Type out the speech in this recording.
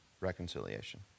reconciliation